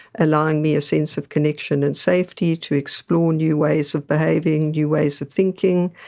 allowing me a sense of connection and safety to explore new ways of behaving, new ways of thinking.